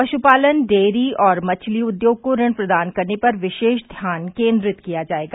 पश्पालन डेरी और मछली उद्योग को ऋण प्रदान करने पर विशेष ध्याान केन्द्रित किया जायेगा